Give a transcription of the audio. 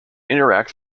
interact